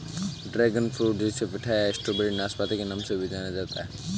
dragon fruit जिसे pitaya या strawberry नाशपाती के नाम से भी जाना जाता है